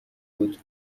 بود